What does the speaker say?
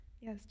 Yes